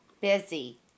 busy